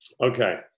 Okay